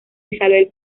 isabel